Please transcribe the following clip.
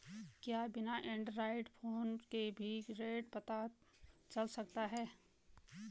क्या बिना Android phone के भी रेट पता चल सकता है?